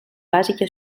bàsica